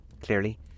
Clearly